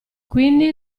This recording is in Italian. quindi